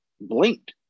blinked